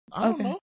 Okay